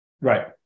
right